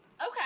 Okay